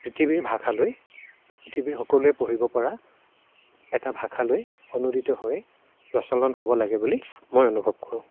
পৃথিৱীৰ ভাষালৈ পৃথিৱীৰ সকলোৱে পঢ়িব পৰা এটা ভাষালৈ অনুদিত হৈ প্ৰচলন হ'ব লাগে বুলি মই অনুভৱ কৰোঁ